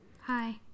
Hi